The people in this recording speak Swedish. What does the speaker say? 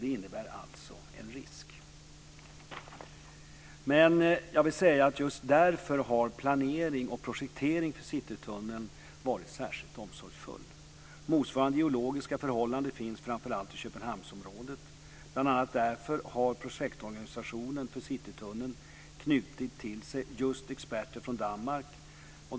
Det innebär alltså en risk. Jag vill framhålla att just därför har planering och projektering för Citytunneln varit särskilt omsorgsfulla. Motsvarande geologiska förhållanden finns framför allt i Köpenhamnsområdet. Bl.a. därför har projektorganisationen för Citytunneln knutit till sig just experter från Danmark.